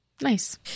Nice